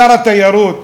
שר התיירות